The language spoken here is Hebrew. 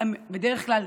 בדרך כלל,